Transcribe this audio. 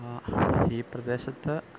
ഈ പ്രദേശത്ത്